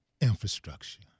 infrastructure